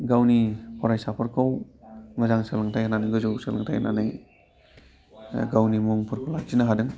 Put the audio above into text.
गावनि फरायसाफोरखौ मोजां सोलोंथाइ होनानै गोजौ सोलोंथाइ होनानै गावनि मुंफोरखौ लाखिनो हादों